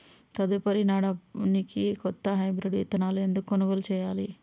తదుపరి నాడనికి కొత్త హైబ్రిడ్ విత్తనాలను ఎందుకు కొనుగోలు చెయ్యాలి?